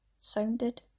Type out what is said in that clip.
sounded